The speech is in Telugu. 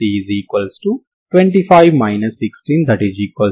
అంటే fx f మరియు gx g అవుతుంది